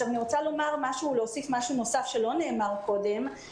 אני רוצה להוסיף משהו נוסף שלא נאמר קודם,